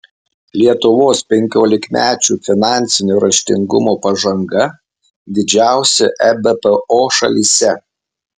lietuvos penkiolikmečių finansinio raštingumo pažanga didžiausia ebpo šalyse